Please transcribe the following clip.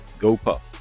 GoPuff